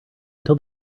until